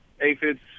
aphids